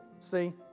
see